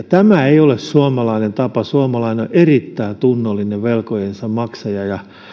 tämä ei ole suomalainen tapa suomalainen on erittäin tunnollinen velkojensa maksaja